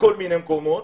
בכל מיני מקומות,